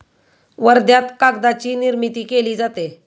वर्ध्यात कागदाची निर्मिती केली जाते